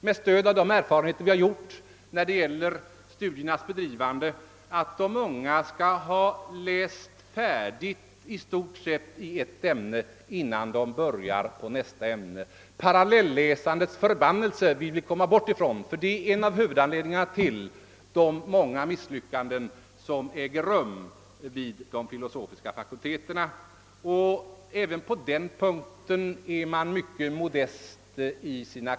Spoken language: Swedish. Med stöd av våra erfarenheter om studiernas bedrivande kräver vi dessutom att de unga i stort sett skall ha läst färdigt ett ämne innan de börjar med nästa. Parallelläsandets förbannelse vill vi komma ifrån, ty det är en av huvudanledningarna till de många misslyckandena vid de filosofiska fakulteterna. Även härvidlag är kraven på de unga mycket modesta.